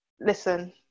listen